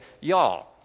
y'all